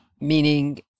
meaning